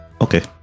Okay